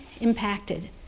impacted